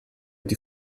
die